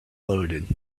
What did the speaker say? loaded